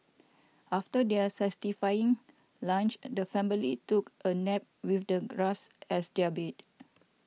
after their satisfying lunch the family took a nap with the grass as their bed